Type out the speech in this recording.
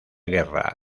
guerra